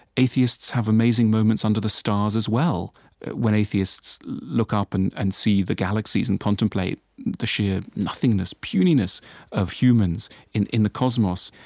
atheists have amazing moments under the stars as well when atheists look up and and see the galaxies and contemplate the sheer nothingness, puniness of humans in in the cosmos.